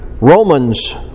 Romans